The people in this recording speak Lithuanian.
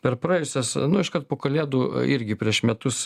per praėjusias nu iškart po kalėdų irgi prieš metus